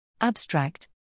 Abstract